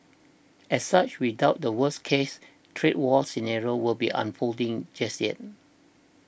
as such we doubt the worst case trade war scenario will be unfolding just yet